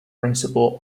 principle